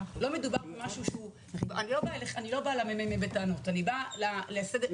אני לא באה לממ"מ בטענות אלא הטענה היא